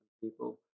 people